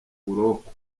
buroko